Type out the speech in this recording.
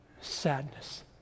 Sadness